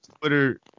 Twitter